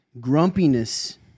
Grumpiness